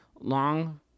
long